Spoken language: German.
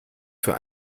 für